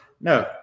no